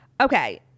okay